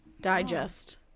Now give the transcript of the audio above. digest